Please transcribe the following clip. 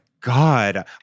god